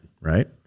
right